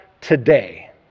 today